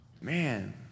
Man